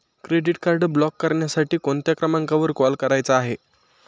Credit card block करण्यासाठी कोणत्या क्रमांकावर कॉल करायचा आहे?